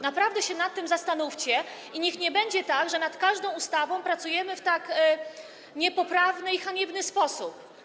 Naprawdę się nad tym zastanówcie i niech nie będzie tak, że nad każdą ustawą pracujemy w tak niepoprawny i haniebny sposób.